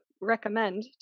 recommend